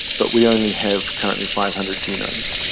but we only have currently five hundred genomes.